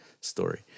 story